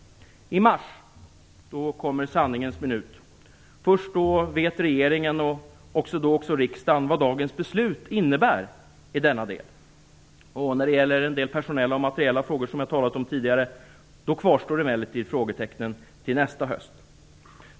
I mars kommer sanningens minut. Först då vet regeringen och därmed också riksdagen vad dagens beslut innebär i denna del. När det gäller en del personella och materiella frågor som jag tidigare pratat om kvarstår frågetecknen till nästa höst.